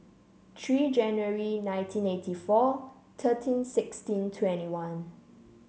three January nineteen eighty four thirteen sixteen twenty one